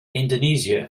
indonesia